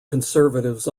conservatives